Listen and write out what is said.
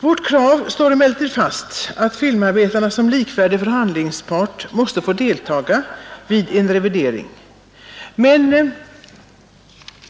Vårt krav står emellertid fast, att filmarbetarna som likvärdig förhandlingspart måste få delta vid en revidering av avtalet.